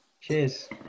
Cheers